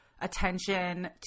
attention